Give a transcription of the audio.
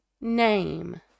name